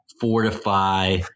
fortify